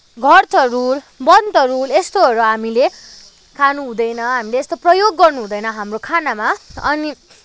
घरतरुल वनतरुल यस्तोहरू हामीले खानु हुँदैन हामीले यस्तो प्रयोग गर्नु हुँदैन हाम्रो खानामा अनि